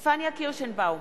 פניה קירשנבאום,